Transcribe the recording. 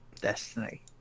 destiny